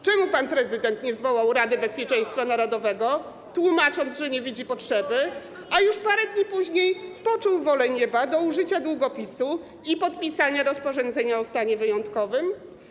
Czemu pan prezydent nie zwołał Rady Bezpieczeństwa Narodowego, tłumacząc, że nie widzi potrzeby, a już parę dni później poczuł wolę nieba do użycia długopisu i podpisania rozporządzenia o stanie wyjątkowym?